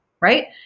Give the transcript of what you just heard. right